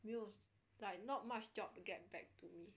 没有 like not much job get back to me